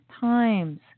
times